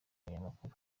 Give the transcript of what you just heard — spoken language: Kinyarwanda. abanyamakuru